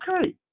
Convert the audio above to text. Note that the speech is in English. okay